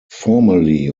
formally